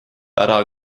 ära